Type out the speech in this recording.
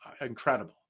incredible